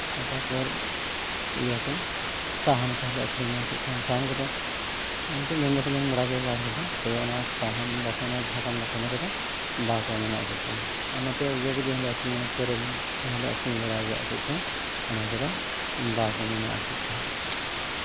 ᱛᱟᱨᱯᱚᱨ ᱤᱭᱟᱹ ᱠᱚ ᱥᱟᱦᱟᱱ ᱠᱚᱦᱚᱸᱞᱮ ᱟᱹᱠᱷᱨᱤᱧᱟ ᱥᱟᱦᱟᱱ ᱠᱚᱫᱚ ᱩᱱᱠᱩ ᱢᱮᱱ ᱫᱚᱠᱚ ᱢᱮᱱ ᱵᱟᱲᱟ ᱠᱮᱜ ᱜᱮᱭᱟ ᱟᱨ ᱠᱚᱫᱚ ᱛᱚᱵᱮ ᱚᱱᱟ ᱥᱟᱦᱟᱱ ᱫᱟᱹᱛᱟᱹᱱᱤ ᱥᱟᱠᱟᱢ ᱠᱚ ᱯᱟᱸᱡᱟ ᱠᱚᱫᱚ ᱱᱚᱛᱮ ᱡᱚᱡᱚᱼᱵᱤᱞᱤ ᱦᱚᱸᱞᱮ ᱟᱹᱠᱷᱨᱤᱧᱟ ᱛᱮᱨᱮᱞ ᱠᱚᱦᱚᱸᱞᱮ ᱟᱹᱠᱷᱨᱤᱧ ᱵᱟᱲᱟᱭ ᱜᱮᱭᱟ ᱪᱮᱫ ᱪᱚᱝ ᱚᱱᱟ ᱠᱚᱫᱚ ᱟᱨ ᱵᱟᱝᱠᱚ ᱢᱮᱱᱟᱜᱼᱟ ᱪᱮᱫ ᱪᱚᱝ